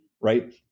right